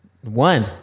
One